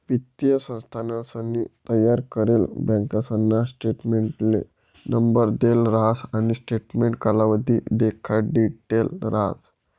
वित्तीय संस्थानसनी तयार करेल बँकासना स्टेटमेंटले नंबर देल राहस आणि स्टेटमेंट कालावधी देखाडिदेल राहस